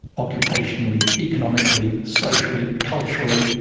occupationally, economically, socially, culturally,